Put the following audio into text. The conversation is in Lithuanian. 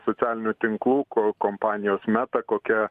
socialinių tinklų kompanijos meta kokia